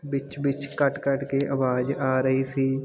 ਵਿੱਚ ਵਿੱਚ ਕੱਟ ਕੱਟ ਕੇ ਆਵਾਜ਼ ਆ ਰਹੀ ਸੀ